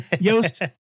Yost